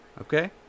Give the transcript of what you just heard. Okay